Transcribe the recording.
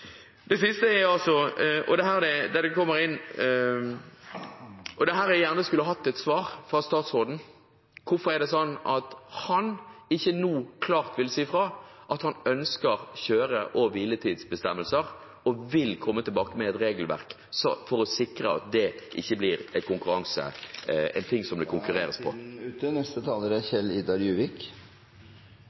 Det siste – og som jeg gjerne skulle hatt et svar fra statsråden på – er: Hvorfor er det sånn at han ikke nå klart vil si fra at han ønsker kjøre- og hviletidsbestemmelser og vil komme tilbake med et regelverk for å sikre at dette ikke blir en ting som det konkurreres på? For det første er